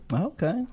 Okay